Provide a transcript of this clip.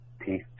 peace